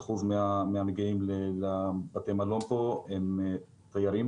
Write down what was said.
מ-85% מן המגיעים לבתי המלון בנצרת הם תיירים.